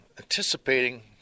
anticipating